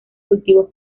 cultivos